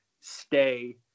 stay